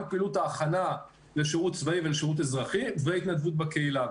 פעילות הכנה לשירות צבאי ולשירות אזרחי והתנדבות בקהילה.